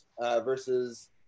versus